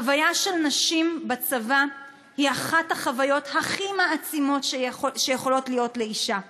החוויה של נשים בצבא היא אחת החוויות הכי המעצימות שיכולות להיות לאישה.